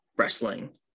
wrestling